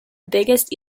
biggest